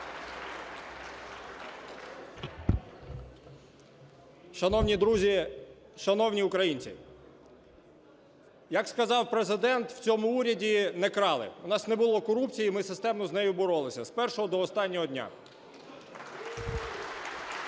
Шановні друзі! Шановні українці! Як сказав Президент, в цьому уряді не крали. У нас не було корупції, ми системно з нею боролися з першого до останнього дня. (Оплески)